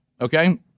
okay